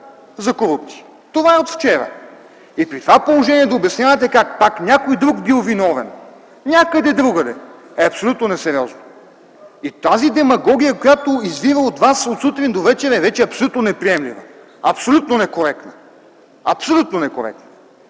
за корупция! Това е от вчера. И при това положение да обяснявате как пак някой друг бил виновен, някъде другаде, е абсолютно несериозно. И тази демагогия, която извира от вас от сутрин до вечер е вече абсолютно неприемлива, абсолютно некоректна! Абсолютно некоректна!